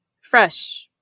Fresh